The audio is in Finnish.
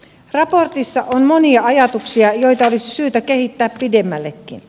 raportissa on monia ajatuksia joita olisi syytä kehittää pidemmällekin